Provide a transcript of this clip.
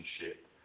relationship